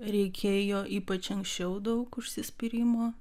reikėjo ypač anksčiau daug užsispyrimo